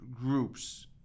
groups